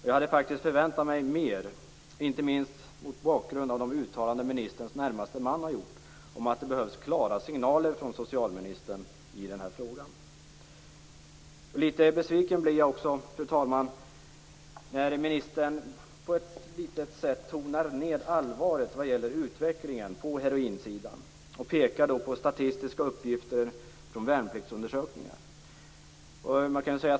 Jag hade förväntat mig mer, inte minst mot bakgrund av de uttalanden som ministerns närmaste man har gjort om att det behövs klara signaler från socialministern i den här frågan. Litet besviken blir jag också, fru talman, när ministern litet grand tonar ned allvaret vad gäller utvecklingen på heroinsidan. Hon pekar på statistiska uppgifter från värnpliktsundersökningar.